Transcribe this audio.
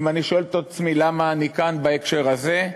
אם אני שואל את עצמי למה אני כאן בהקשר הזה,